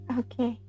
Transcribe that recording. okay